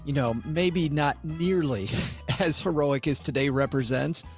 you know, maybe not nearly as heroic is today represents,